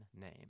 name